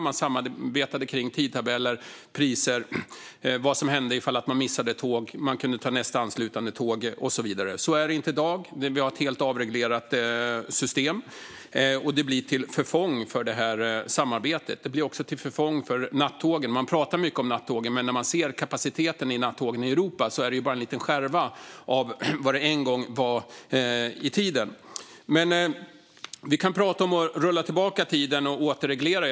Man samarbetade kring tidtabeller, priser och vad som hände ifall man missade tåg, när man kunde ta nästa anslutande tåg och så vidare. Så är det inte i dag. Vi har ett helt avreglerat system, som blir till förfång för det här samarbetet. Det blir också till förfång för nattågen. Man pratar mycket om nattågen, men nattågens kapacitet i Europa är bara en liten skärva av vad det var en gång i tiden. Vi kan prata om att rulla tillbaka tiden och återreglera.